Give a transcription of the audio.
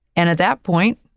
and at that point,